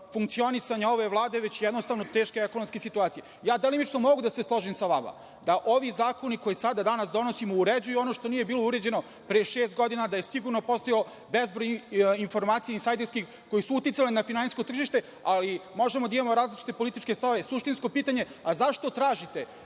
funkcionisanja ove Vlade, već, jednostavno, teške ekonomske situacije. Delimično mogu da se složim sa vama da ovi zakoni koje sada i danas donosimo uređuju ono što nije bilo uređeno pre šest godina i da je sigurno postojalo bezbroj insajderskih informacija koje su uticale na finansijsko tržište. Možemo da imamo različite političke stavove, ali, suštinsko pitanje je – zašto tražite